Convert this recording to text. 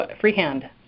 freehand